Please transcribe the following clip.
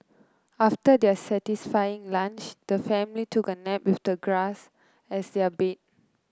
after their satisfying lunch the family took a nap with the grass as their bed